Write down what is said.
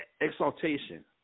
exaltation